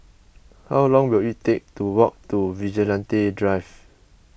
how long will it take to walk to Vigilante Drive